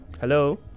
Hello